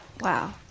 wow